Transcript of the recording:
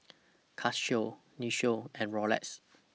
Casio Nin Jiom and Roxy